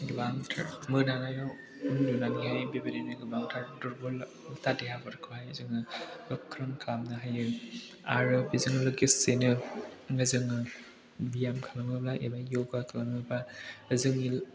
गोबांथार मोनायाव उन्दुनानैहाय बेबायदिनो गोबांथार दुर्बल देहाफोरखौहाय जोङो गोख्रों खालामनो हायो आरो बेजों लोगोसेनो जोङो ब्याम खालामोब्ला एबा य'गा खालामोब्ला जोंनि